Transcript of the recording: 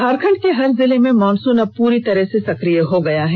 झारखंड के हर जिले में मानसून अब पूरी तरह से सक्रिय हो गया है